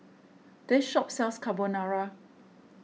this shop sells Carbonara